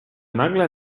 nagle